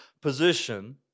position